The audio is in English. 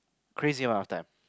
crazy amount of time